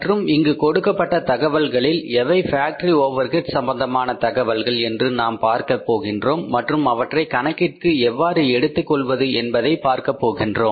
மற்றும் இங்கு கொடுக்கப்பட்ட தகவல்களில் எவை ஃபேக்டரி ஓவர் ஹெட்ஸ் சம்பந்தம் தகவல்கள் என்று நாம் பார்க்கப் போகின்றோம் மற்றும் அவற்றை கணக்கிற்கு எவ்வாறு எடுத்துக்கொள்வது என்பதை பார்க்கப்போகின்றோம்